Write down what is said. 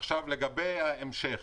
לגבי ההמשך.